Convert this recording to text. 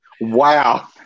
Wow